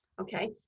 Okay